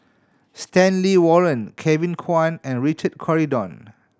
Stanley Warren Kevin Kwan and Richard Corridon